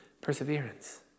perseverance